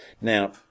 now